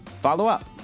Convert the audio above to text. follow-up